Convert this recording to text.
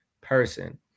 person